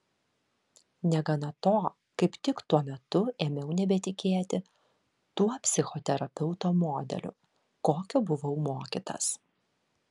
negana to kaip tik tuo metu ėmiau nebetikėti tuo psichoterapeuto modeliu kokio buvau mokytas